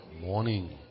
morning